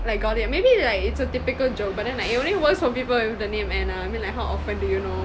like got it maybe like it's a typical joke but then like it only works for people with the name anna I mean like how often do you know